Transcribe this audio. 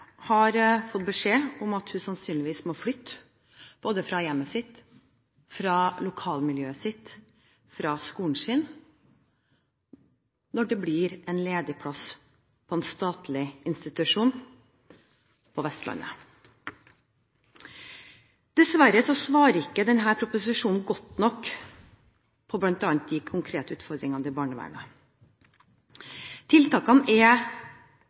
har fått beskjed om at hun sannsynligvis må flytte både fra hjemmet sitt, fra lokalmiljøet sitt og fra skolen sin når det blir en ledig plass på en statlig institusjon på Vestlandet. Dessverre svarer ikke denne proposisjonen godt nok på bl.a. de konkrete utfordringene til barnevernet. Tiltakene er